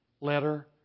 letter